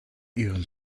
ihren